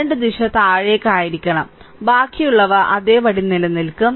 current ദിശ താഴേക്ക് ആയിരിക്കണം ബാക്കിയുള്ളവ അതേപടി നിലനിൽക്കും